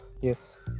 Yes